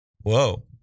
whoa